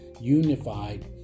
unified